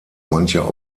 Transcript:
mancher